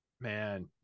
Man